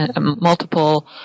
multiple